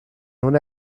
una